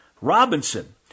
Robinson